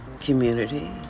community